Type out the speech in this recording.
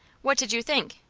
what did you think?